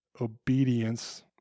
obedience